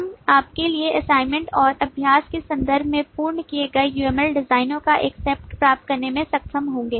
हम आपके लिए assignment और अभ्यास के संदर्भ में पूर्ण किए गए UML डिज़ाइनों का एक सेट प्राप्त करने में सक्षम होंगे